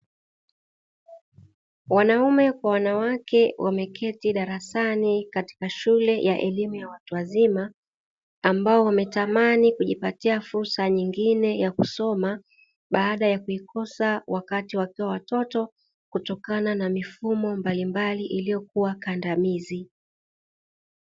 Wanaume kwa wanawake wameketi darasani katika shule ya elimu ya watu wazima, ambao wametamani kujipatia fursa nyingine ya kusoma baada ya kuikosa wakati wakiwa watoto kutokana na mifumo mbalimbali iliyokuwa kandamizi.